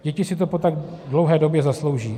Děti si to po tak dlouhé době zaslouží.